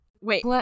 Wait